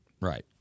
Right